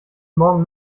morgen